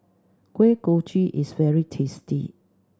Kuih Kochi is very tasty